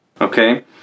Okay